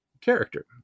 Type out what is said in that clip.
character